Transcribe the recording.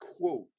quote